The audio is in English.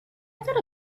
thought